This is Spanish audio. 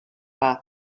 paz